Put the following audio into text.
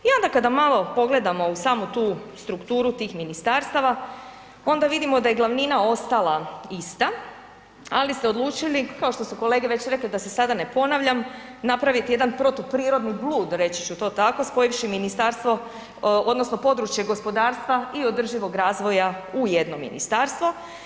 I onda kada malo pogledamo u samu tu strukturu tih ministarstava onda vidimo da je glavnina ostala ista, ali ste odlučili, kao što su kolege već rekle da se sada ne ponavljam, napraviti jedan protuprirodni blud, reći ću to tako, spojivši ministarstvo odnosno područje gospodarstva i održivog razvoja u jedno ministarstvo.